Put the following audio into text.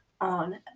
on